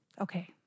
okay